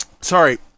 Sorry